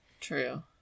true